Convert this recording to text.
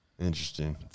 Interesting